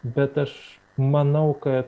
bet aš manau kad